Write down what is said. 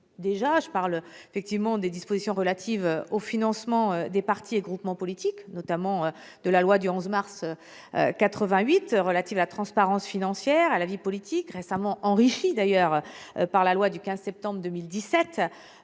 Je veux parler des dispositions relatives au financement des partis et groupements politiques, notamment la loi du 11 mars 1988 relative à la transparence financière de la vie politique, récemment enrichie par la loi du 15 septembre 2017